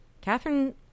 Catherine